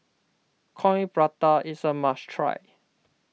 Coin Prata is a must try